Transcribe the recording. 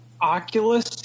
Oculus